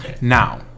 Now